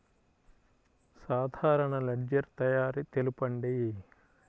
సాధారణ లెడ్జెర్ తయారి తెలుపండి?